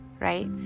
right